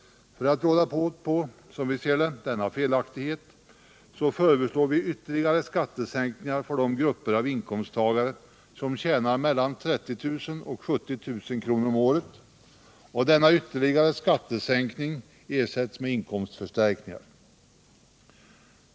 För att råda bot på — som vi ser det — denna felaktighet föreslår vi ytterligare skattesänkningar för de grupper av inkomsttagare som tjänar mellan 30 000 och 70 000 kr. om året, och denna ytterligare skattesänkning ersätts med inkomstförstärkningar.